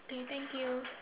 okay thank you